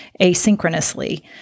asynchronously